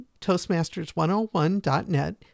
Toastmasters101.net